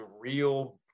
real